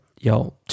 Yo